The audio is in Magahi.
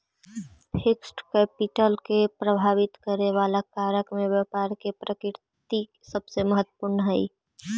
फिक्स्ड कैपिटल के प्रभावित करे वाला कारक में व्यापार के प्रकृति सबसे महत्वपूर्ण हई